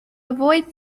avoid